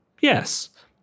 Yes